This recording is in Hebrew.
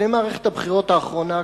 לפני מערכת הבחירות האחרונה,